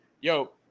yo